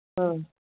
ꯑꯥ